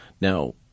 Now